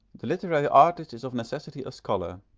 the literary artist is of necessity a scholar,